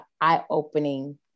eye-opening